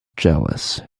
jealous